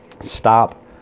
stop